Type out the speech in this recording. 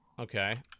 Okay